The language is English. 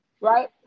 Right